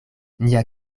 nia